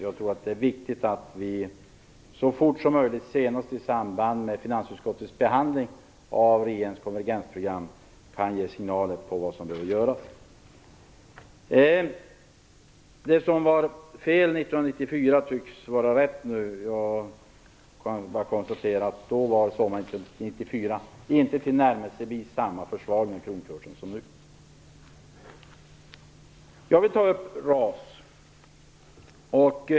Jag tror att det är viktigt att vi så fort som möjligt - senast i samband med finansutskottets behandling av regeringens konvergensprogram - kan ge signaler om vad som behöver göras. Det som var fel 1994 tycks vara rätt nu. Jag kan bara konstatera att sommaren 1994 hade vi inte tillnärmelsevis samma försvagning av kronkursen som nu. Jag vill också ta upp frågan om RAS.